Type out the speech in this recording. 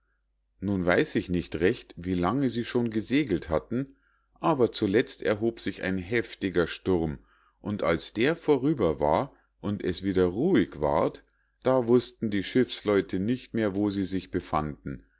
nun weiß ich nicht recht wie lange sie schon gesegelt hatten aber zuletzt erhob sich ein heftiger sturm und als der vorüber war und es wieder ruhig ward da wußten die schiffsleute nicht mehr wo sie sich befanden